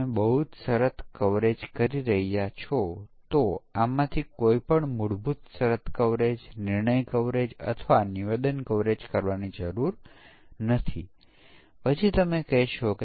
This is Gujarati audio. આપણે અહીંથી 1 કિંમત અહીંથી 1 કિંમત અને અહીંથી 1 કિંમત લઈશું